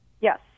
Yes